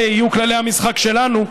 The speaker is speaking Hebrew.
אלה יהיו כללי המשחק שלנו,